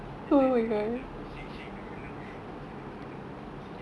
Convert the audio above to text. later dia orang macam shake shake the gelang around so like boleh sampai buat bunyi sikit ah